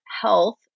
health